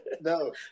No